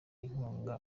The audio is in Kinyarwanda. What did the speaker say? inkunga